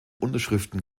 unterschriften